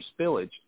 spillage